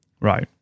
Right